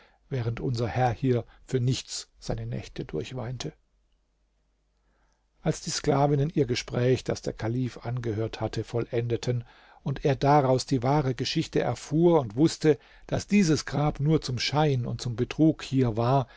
während unser herr hier für nichts seine nächte durchweinte als die sklavinnen ihr gespräch das der kalif angehört hatte vollendeten und er daraus die wahre geschichte erfuhr und wußte daß dieses grab nur zum schein und zum betrug hier war